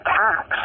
tax